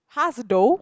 though